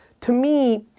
to me,